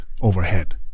overhead